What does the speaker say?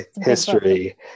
history